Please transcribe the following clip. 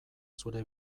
zure